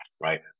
right